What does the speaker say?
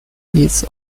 its